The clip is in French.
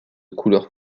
couleur